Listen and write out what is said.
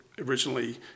originally